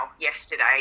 yesterday